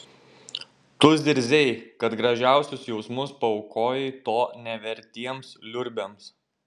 tu zirzei kad gražiausius jausmus paaukojai to nevertiems liurbiams